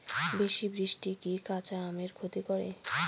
বেশি বৃষ্টি কি কাঁচা আমের ক্ষতি করে?